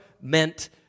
meant